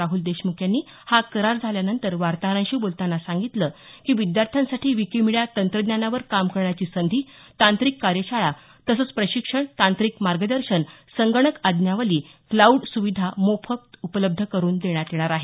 राहूल देशमुख यांनी हा करार झाल्यानंतर वार्ताहरांशी बोलतांना सांगितलं की विद्यार्थ्यांसाठी विकिमिडीया तंत्रज्ञानावर काम करण्याची संधी तांत्रिक कार्यशाळा तसंच प्रशिक्षण तांत्रिक मार्गदर्शन संगणक आज्ञावली क्लाऊड सुविधा मोफत उपलब्ध करून देण्यात येणार आहे